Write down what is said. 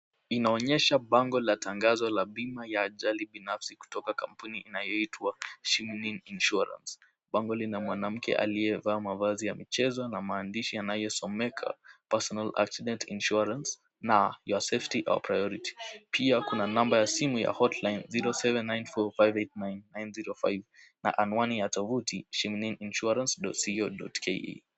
Inaonyesha bango la tangazo la bima ya ajali binafsi kutoka kampuni inayoitwa Shimnim Insurance. Bango lina mwanamke aliyeevaa mavazi ya mchezo na maandishi yanayosomeka Personal Accident Insurance na Your safety our priority . Pia kuna namba ya simu ya hotline 0794589905 na anwani ya tovuti Shimnim insurance.co.ke.